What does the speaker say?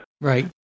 Right